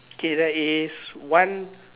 k there one